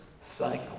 cycle